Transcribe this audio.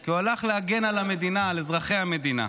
כי הוא הלך להגן על המדינה, על אזרחי המדינה.